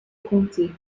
comté